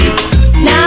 Now